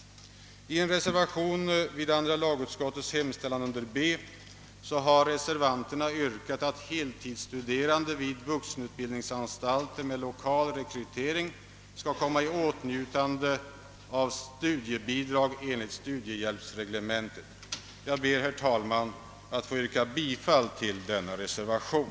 I en reservation vid andra lagutskottets hemställan under B har reservanterna yrkat att heltidsstuderande vid vuxenutbildningsanstalter med lokal rekrytering skall komma i åtnjutande av studiebidrag enligt studiehjälpsreglementet. Jag ber, herr talman, att få yrka bifall till denna reservation.